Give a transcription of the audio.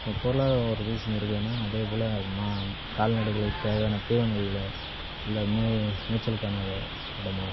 பொருளாதாரம் ஒரு ரீசன் இருக்குன்னா அதே போல் கால்நடைகளுக்கு தேவையான தீவணங்கள் இல்லை மேச் மேச்சலுக்கான இடமும்